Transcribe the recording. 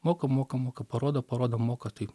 moka moka moka parodo parodo moka tai